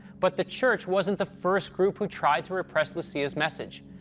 but the church wasn't the first group who tried to repress lucia's message.